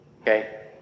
Okay